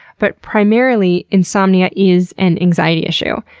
but primarily, insomnia is an anxiety issue.